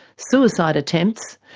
suicide attempts,